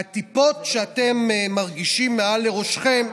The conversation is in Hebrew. הטיפות שאתם מרגישים מעל לראשכם,